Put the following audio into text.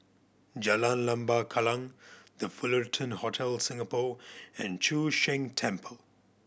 Jalan Lembah Kallang The Fullerton Hotel Singapore and Chu Sheng Temple